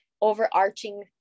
overarching